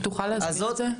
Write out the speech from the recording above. תוכל להסביר את זה?